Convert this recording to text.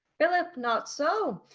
philip, not so,